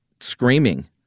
screaming